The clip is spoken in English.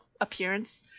appearance